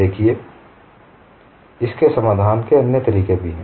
देखिए इसके समाधान के अन्य तरीके भी हैं